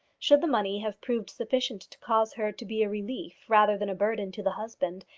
should the money have proved sufficient to cause her to be a relief rather than a burden to the husband,